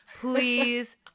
Please